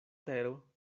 tero